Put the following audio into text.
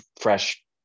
fresh